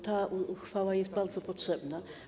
Ta uchwała jest bardzo potrzebna.